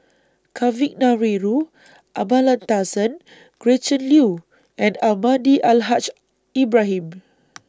Kavignareru Amallathasan Gretchen Liu and Almahdi Al Haj Ibrahim